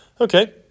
Okay